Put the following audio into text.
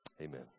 amen